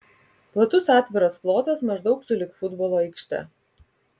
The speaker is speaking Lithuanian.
platus atviras plotas maždaug sulig futbolo aikšte